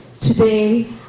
Today